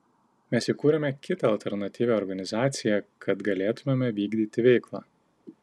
mes įkūrėme kitą alternatyvią organizaciją kad galėtumėme vykdyti veiklą